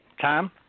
Tom